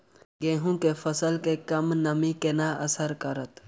गेंहूँ केँ फसल मे कम नमी केना असर करतै?